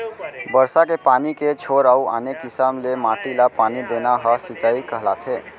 बरसा के पानी के छोर अउ आने किसम ले माटी ल पानी देना ह सिंचई कहलाथे